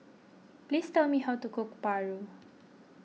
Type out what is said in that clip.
please tell me how to cook Paru